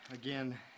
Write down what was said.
Again